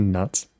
Nuts